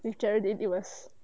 with geraldine it was